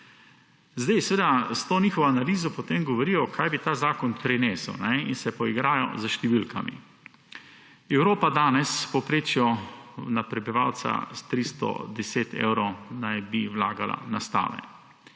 stav. S to njihovo analizo potem govorijo, kaj bi ta zakon prinesel, in se poigrajo s številkami. Evropa naj bi danes v povprečju na prebivalca 310 evrov vlagala v stave,